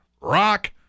Rock